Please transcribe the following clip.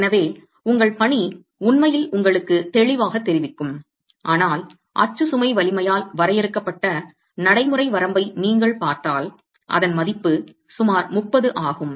எனவே உங்கள் பணி உண்மையில் உங்களுக்குத் தெளிவாகத் தெரிவிக்கும் ஆனால் அச்சு சுமை வலிமையால் வரையறுக்கப்பட்ட நடைமுறை வரம்பை நீங்கள் பார்த்தால் அதன் மதிப்பு சுமார் 30 ஆகும்